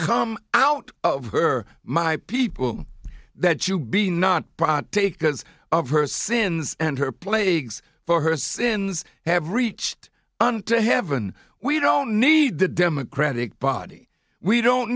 come out of her my people that she be not take because of her sins and her plagues for her sins have reached on to heaven we don't need the democratic body we don't